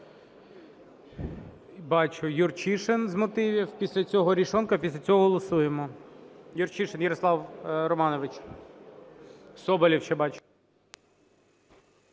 Бачу, Юрчишин з мотивів. Після цього Арешонков. Після цього голосуємо. Юрчишин Ярослав Романович. Соболєв – ще бачу.